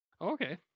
Okay